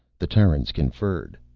the terrans conferred.